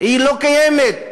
לא קיימת.